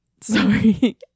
Sorry